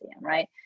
right